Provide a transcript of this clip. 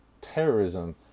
terrorism